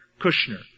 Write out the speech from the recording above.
Kushner